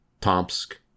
Tomsk